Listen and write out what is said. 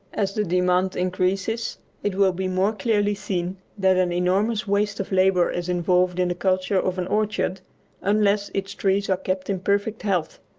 as the demand increases it will be more clearly seen that an enormous waste of labour is involved in the culture of an orchard unless its trees are kept in perfect health.